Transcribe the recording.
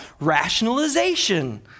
rationalization